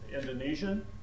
indonesian